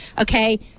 okay